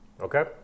okay